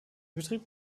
betrieb